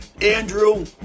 Andrew